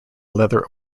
leather